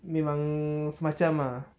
memang semacam ah